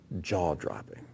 jaw-dropping